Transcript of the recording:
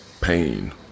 pain